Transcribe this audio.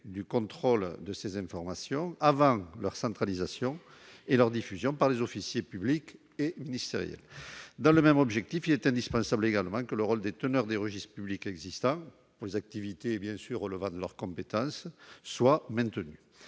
du contrôle de ces informations avant leur centralisation et leur diffusion par les officiers publics et ministériels. Dans le même objectif, il est indispensable également que le rôle des teneurs des registres publics existants, pour les activités relevant de leurs compétences, soit maintenu.